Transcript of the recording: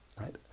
right